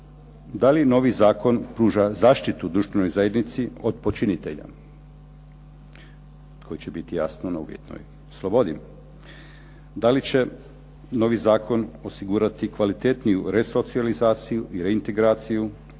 da li novi zakon pruža zaštitu društvenoj zajednici od počinitelja koji će biti jasno na uvjetnoj slobodi? Da li će novi zakon osigurati kvalitetniju resocijalizaciju i reintegraciju